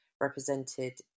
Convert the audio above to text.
represented